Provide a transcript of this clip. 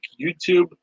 YouTube